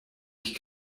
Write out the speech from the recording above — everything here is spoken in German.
ich